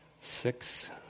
six